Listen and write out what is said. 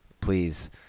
please